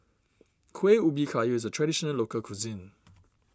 Kuih Ubi Kayu is a Traditional Local Cuisine